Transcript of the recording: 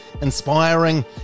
inspiring